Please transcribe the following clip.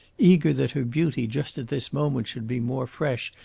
eager that her beauty just at this moment should be more fresh,